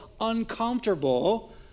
uncomfortable